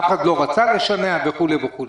אף אחד לא רצה לשנע וכו' וכו'.